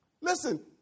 listen